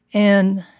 and.